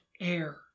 air